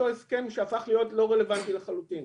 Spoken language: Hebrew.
הסכם שהפך להיות לא רלוונטי לחלוטין?